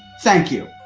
thank you,